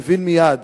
מבין מייד,